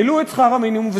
העלו את שכר המינימום,